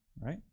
right